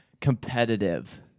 competitive